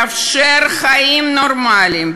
לאפשר חיים נורמליים.